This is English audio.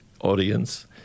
audience